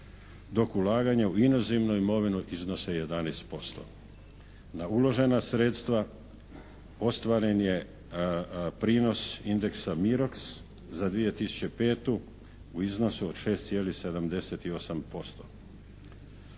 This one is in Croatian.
dok ulaganja u inozemnu imovinu iznose 11%. Na uložena sredstva ostvaren je prinos indeksa miroks za 2005. u iznosu od 6,78%.